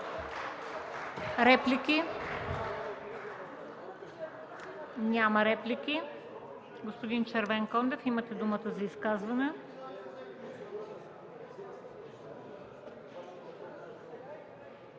Реплики? Няма. Господин Червенкондев, имате думата за изказване.